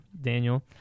Daniel